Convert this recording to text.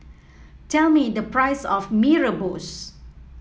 tell me the price of Mee Rebus